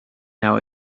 now